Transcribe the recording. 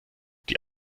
die